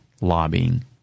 lobbying